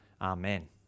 Amen